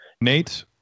Nate